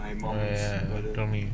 oh ya ya ya you told me